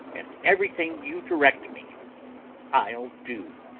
and everything you direct me i'll do.